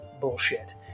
bullshit